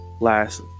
last